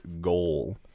goal